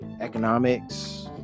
economics